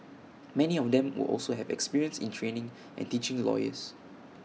many of them will also have experience in training and teaching lawyers